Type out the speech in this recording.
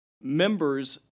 members